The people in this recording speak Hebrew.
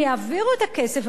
הם יעבירו את הכסף,